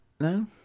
No